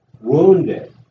wounded